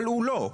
אבל הוא לא,